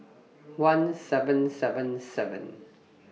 one seven seven seven